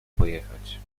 pojechać